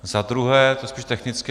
Za druhé, to je spíš technické.